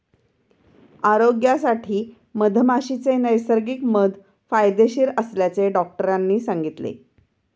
आरोग्यासाठी मधमाशीचे नैसर्गिक मध फायदेशीर असल्याचे डॉक्टरांनी सांगितले